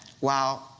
Wow